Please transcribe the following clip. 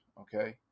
okay